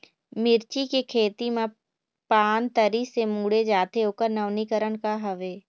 मिर्ची के खेती मा पान तरी से मुड़े जाथे ओकर नवीनीकरण का हवे?